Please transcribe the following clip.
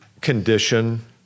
condition